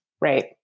Right